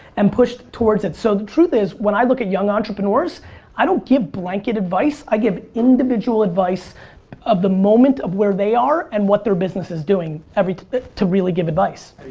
and pushed towards it. so the truth is when i look at young entrepreneurs i don't give blanket advice i give individual advice of the moment of where they are and what their business is doing to to really give advice.